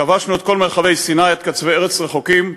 כבשנו את כל מרחבי סיני עד קצווי ארץ רחוקים בשארם-א-שיח'